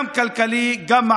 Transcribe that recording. בשוויון, גם כלכלי, גם מעמדי.